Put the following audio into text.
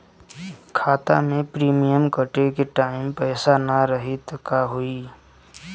खाता मे प्रीमियम कटे के टाइम पैसा ना रही त का होई?